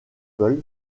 peuls